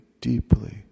deeply